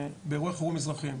באירועי חירום אזרחיים.